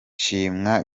shimwa